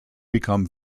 become